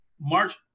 March